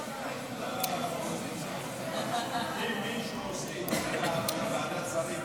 מאז היווסדה של המדינה ועד היום היא